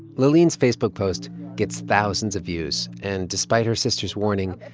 laaleen's facebook post gets thousands of views. and despite her sister's warning,